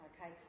okay